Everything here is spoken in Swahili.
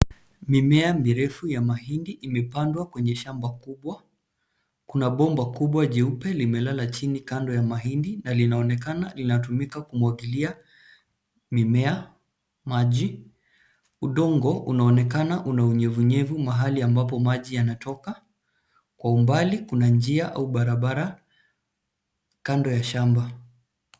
Mimea mirefu ya mahindi imepandwa kwenye shamba kubwa. Kuna bomba kubwa jeupe limelala chini kando ya mahindi na linaonekana linatumika kumwagilia mimea maji. Udongo unaonekana una unyevunyevu mahali ambapo maji yanatoka. Kwa umbali kuna njia au barabara kando ya shamba.